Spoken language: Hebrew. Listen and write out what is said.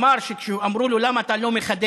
אמר שכשאמרו לו: למה אתה לא מחדש